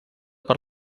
per